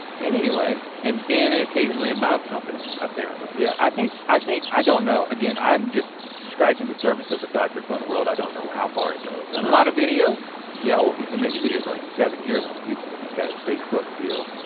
anyway um and and occasionally a mouth trumpet apparently. yeah i think, i don't know, again, i'm just scratching the surface of the dr. fun world, i don't know how far it goes. and a lot of videos? yeah, he's been making videos for like seven years on youtube, he's got his facebook deal.